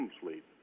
sleep